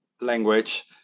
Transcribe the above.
language